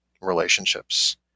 relationships